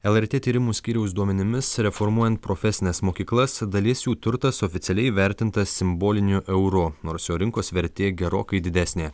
lrt tyrimų skyriaus duomenimis reformuojant profesines mokyklas dalies jų turtas oficialiai įvertintas simboliniu euru nors jo rinkos vertė gerokai didesnė